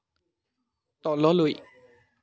তললৈ